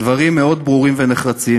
דברים מאוד ברורים ונחרצים,